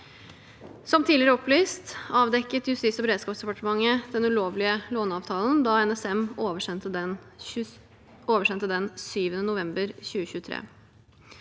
Som tidligere opplyst, avdekket Justis- og beredskapsdepartementet den ulovlige låneavtalen da NSM oversendte den 7. november 2023.